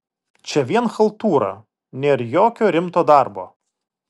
čia vien chaltūra nėr jokio rimto darbo